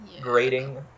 grading